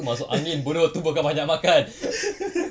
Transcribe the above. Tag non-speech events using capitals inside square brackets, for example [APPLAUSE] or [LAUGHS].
[LAUGHS]